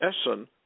Essen